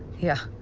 yeah.